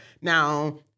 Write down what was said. Now